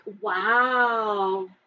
wow